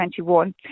2021